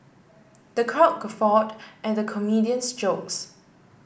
the crowd guffawed at the comedian's jokes